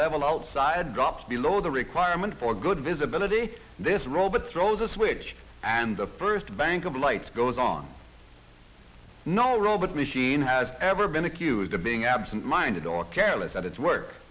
level outside drops below the requirement for good visibility this robot throws a switch and the first bank of lights goes on no robot machine has ever been accused of being absent minded or careless at its work